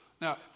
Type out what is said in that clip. Now